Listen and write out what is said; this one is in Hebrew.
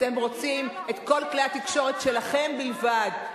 אתם רוצים את כל כלי התקשורת שלכם בלבד,